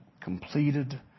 completed